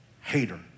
Hater